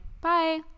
Bye